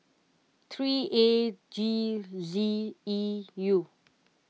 three A G Z E U